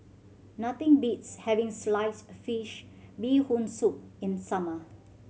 nothing beats having sliced fish Bee Hoon Soup in summer